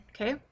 Okay